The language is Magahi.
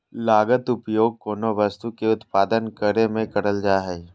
लागत उपयोग कोनो वस्तु के उत्पादन करे में करल जा हइ